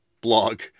blog